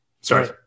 Sorry